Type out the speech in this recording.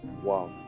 Wow